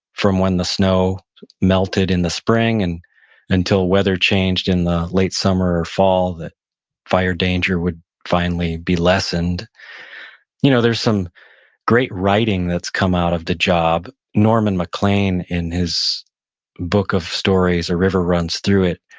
from when the snow melted in the spring and until weather changed in the late summer or fall that fire danger would finally be lessened you know, there's some great writing that's come out of the job, norman maclean, in his book of stories, a river runs through it,